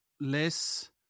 less